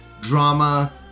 drama